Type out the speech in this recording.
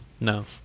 no